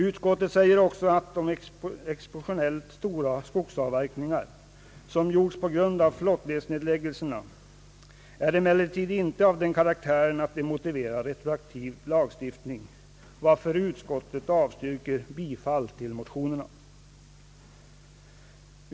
Utskottet säger också att de exceptionellt stora skogsavverkningar, som gjorts på grund av flottledsnedläggelserna, emellertid inte är av den karaktären att de motiverar retroaktiv lagstiftning, varför utskottet avstyrker bifall till motionerna.